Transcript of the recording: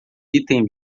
item